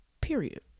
Period